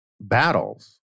battles